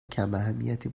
کماهمیتی